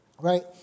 right